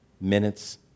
minutes